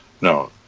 No